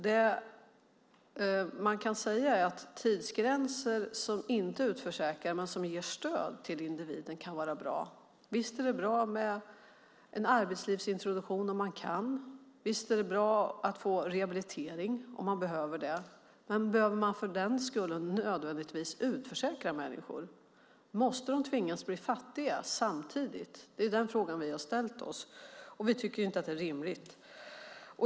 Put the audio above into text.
Det man kan säga är nämligen att tidsgränser som inte utförsäkrar men som ger stöd till individen kan vara bra. Visst är det bra med en arbetslivsintroduktion om man kan, och visst är det bra att få rehabilitering om man behöver det. Men behöver man för den skull nödvändigtvis utförsäkra människor? Måste de tvingas bli fattiga samtidigt? Det är den frågan vi har ställt oss, och vi tycker inte att det är rimligt.